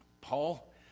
Paul